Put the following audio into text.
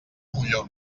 molló